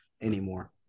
anymore